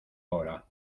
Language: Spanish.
ahora